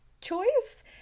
choice